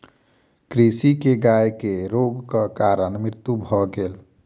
कृषक के गाय के रोगक कारण मृत्यु भ गेल